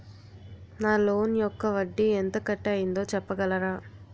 నా లోన్ యెక్క వడ్డీ ఎంత కట్ అయిందో చెప్పగలరా?